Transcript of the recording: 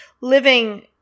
living